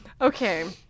Okay